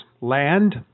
land